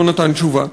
לא נתן תשובה.